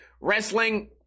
wrestling